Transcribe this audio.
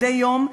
מדי יום,